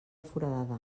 foradada